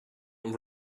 and